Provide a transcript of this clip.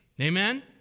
amen